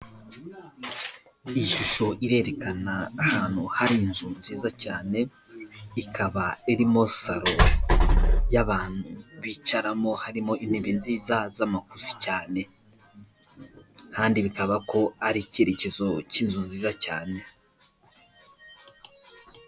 Iyi shusho irerekana ahantu hari inzu nziza cyane, ikaba irimo saro y'abantu bicaramo harimo intebe nziza z'amakusi cyane, kandi bikaba ko ari icyerekezo cy'inzu nziza cyane.